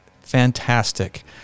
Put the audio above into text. Fantastic